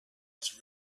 was